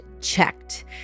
Checked